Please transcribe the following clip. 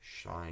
shine